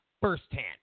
firsthand